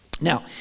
Now